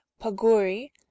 paguri